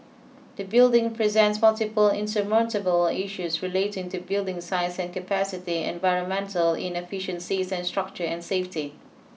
the building presents multiple insurmountable issues relating to building size and capacity environmental inefficiencies and structure and safety